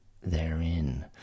therein